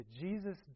Jesus